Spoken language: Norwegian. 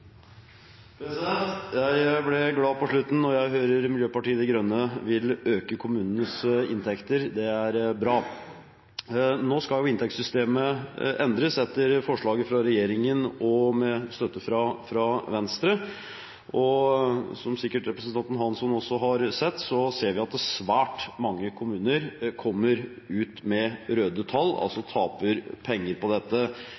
Jeg ble glad når jeg hørte til slutt her at Miljøpartiet De Grønne vil øke kommunenes inntekter. Det er bra. Nå skal inntektssystemet endres etter forslag fra regjeringen og med støtte fra Venstre. Som sikkert representanten Hansson også har sett, ser vi at svært mange kommuner kommer ut med røde tall, altså taper penger på dette,